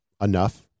enough